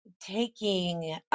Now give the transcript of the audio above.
taking